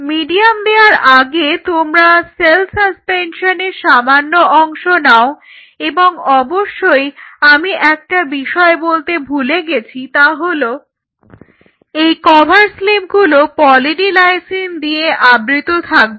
medium দেওয়ার আগে তোমরা সেল সাসপেনশনের সামান্য অংশ নাও এবং অবশ্যই আমি একটা বিষয় বলতে ভুলে গেছি তা হলো এই কভার স্লিপগুলো পলি ডি লাইসিন দিয়ে আবৃত থাকবে